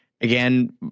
again –